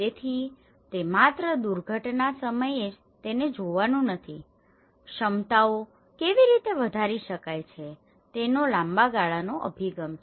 તેથી તે માત્ર દુર્ઘટના સમયે જ તેને જોવાનું નથી ક્ષમતાઓ કેવી રીતે વધારી શકાય છે તેનો લાંબાગાળાનો અભિગમ છે